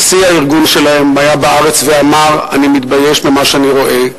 נשיא הארגון שלהם היה בארץ ואמר: אני מתבייש במה שאני רואה,